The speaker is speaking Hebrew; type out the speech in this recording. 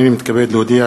הנני מתכבד להודיע,